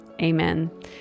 Amen